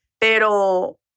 Pero